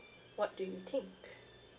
what do you think